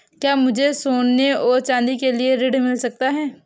क्या मुझे सोने और चाँदी के लिए ऋण मिल सकता है?